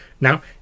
Now